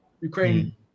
Ukraine